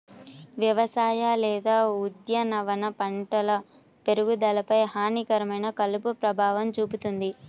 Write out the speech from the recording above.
వ్యవసాయ లేదా ఉద్యానవన పంటల పెరుగుదలపై హానికరమైన కలుపు ప్రభావం చూపుతుంది